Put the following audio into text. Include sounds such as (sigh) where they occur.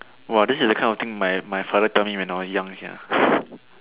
whoa this is the kind of thing my my father tell me when I was young sia (breath)